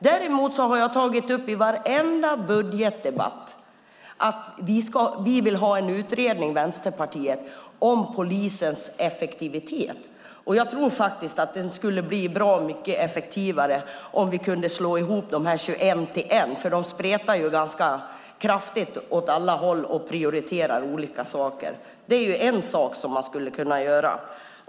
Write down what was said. Däremot har jag i varenda budgetdebatt tagit upp att Vänsterpartiet vill ha en utredning om polisens effektivitet. Jag tror faktiskt att polisen skulle bli bra mycket effektivare om vi kunde slå ihop de 21 polismyndigheterna till 1 eftersom de spretar ganska kraftigt åt alla håll och prioriterar olika saker. Det är en sak som man skulle kunna göra.